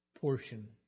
portion